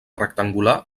rectangular